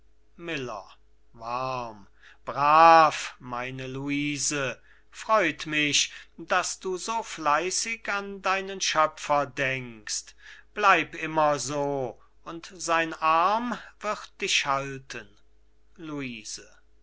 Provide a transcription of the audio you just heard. miller warm brav meine luise freut mich daß du so fleißig an deinen schöpfer denkst bleib immer so und sein arm wird dich halten luise